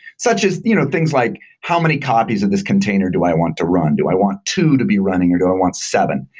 such as you know things like how many copies of this container do i want to run. do i want two to be running or do i want seven?